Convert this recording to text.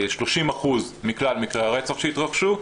30% מכלל מקרי הרצח שהתרחשו,